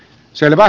selvä